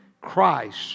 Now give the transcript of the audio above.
Christ